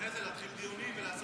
ואחרי זה לעשות דיונים ולעשות